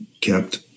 kept